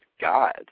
God